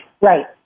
Right